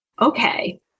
okay